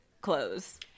clothes